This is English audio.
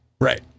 Right